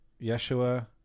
Yeshua